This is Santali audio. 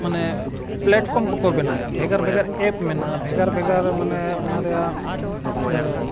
ᱢᱟᱱᱮ ᱯᱞᱟᱴᱯᱷᱚᱨᱢ ᱠᱚᱠᱚ ᱵᱮᱱᱟᱣ ᱮᱫᱟ ᱵᱷᱮᱜᱟᱨ ᱵᱷᱮᱜᱟᱨ ᱮᱯ ᱢᱮᱱᱟᱜᱼᱟ ᱵᱷᱮᱜᱟᱨ ᱵᱷᱮᱜᱟᱨ ᱢᱟᱱᱮ ᱚᱱᱟ ᱨᱮᱭᱟᱜ